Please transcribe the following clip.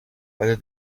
whether